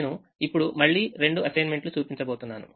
నేను ఇప్పుడు మళ్ళీ రెండు అసైన్మెంట్లు చూపించబోతున్నాను